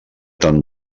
tan